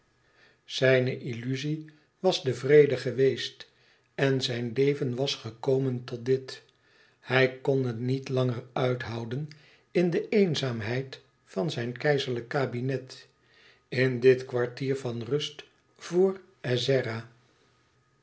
zijne illuzie was de vrede geweest en zijn leven was gekomen tot dit hij kon het niet langer uithouden de eenzaamheid van zijn keizerlijk kabinet in dit kwartier van rust vr